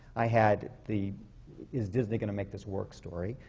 i had the is disney going to make this work? story.